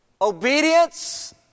obedience